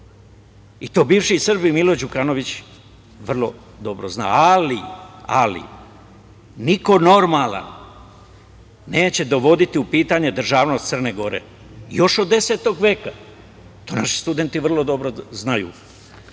to bivši Srbi, Milo Đukanović, dobro zna. Ali, niko normalan neće dovoditi u pitanje državnost Crne Gore, još od 10. veka i to naši studenti vrlo dobro znaju.